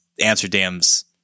Amsterdam's